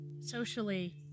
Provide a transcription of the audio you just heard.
socially